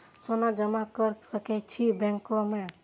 सोना जमा कर सके छी बैंक में?